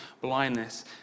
blindness